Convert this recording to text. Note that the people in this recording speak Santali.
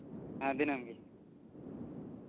ᱦᱮᱸ ᱫᱤᱱᱟᱹᱢ ᱜᱮ